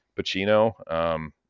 Pacino